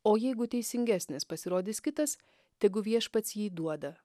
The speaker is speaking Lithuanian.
o jeigu teisingesnis pasirodys kitas tegu viešpats jį duoda